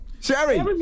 Sherry